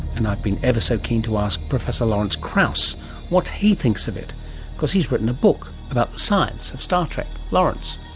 and i've been ever so keen to ask professor lawrence krauss what he thinks of it because he's written a book about the science of star trek. lawrence.